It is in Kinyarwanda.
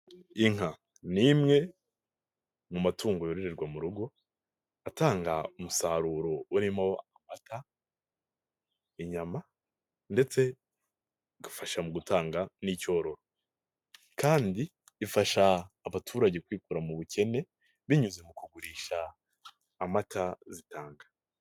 Inka ni imwe mu matungo yohererirwa mu rugo, atanga umusaruro urimo amata, inyama, ndetse agafasha mu gutanga n'icyoro, kandi ifasha abaturage kwikura mu bukene, binyuze mu kugurisha amata zitanga.